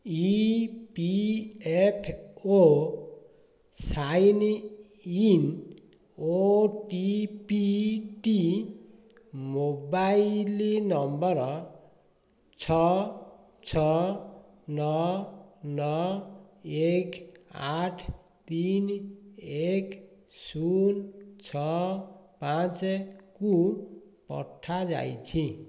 ଇ P F O sign in ଓଟିପିଟି mobile number ଛଅ ଛଅ ନଅ ନଅ ଏକ ଆଠ ତିନି ଏକ ଶୂନ ଛଅ ପାଞ୍ଚକୁ ପଠାଯାଇଛି